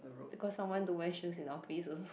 because someone don't wear shoes in office also